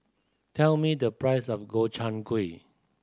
tell me the price of Gobchang Gui